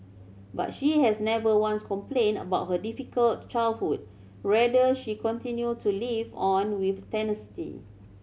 but she has never once complained about her difficult childhood rather she continued to live on with tenacity